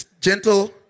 Gentle